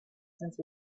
since